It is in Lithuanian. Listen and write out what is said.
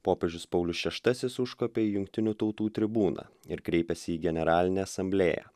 popiežius paulius šeštasis užkopė į jungtinių tautų tribūną ir kreipėsi į generalinę asamblėją